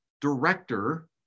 director